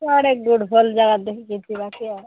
କୁଆଡ଼େ ଗୋଟେ ଭଲ୍ ଜାଗା ଦେଖିକି ଯିବା କି ଆଉ